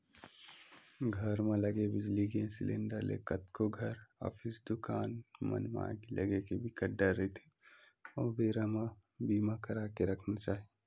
घर म लगे बिजली, गेस सिलेंडर ले कतको घर, ऑफिस, दुकान मन म आगी लगे के बिकट डर रहिथे ओ बेरा बर बीमा करा के रखना चाही